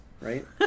right